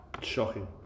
Shocking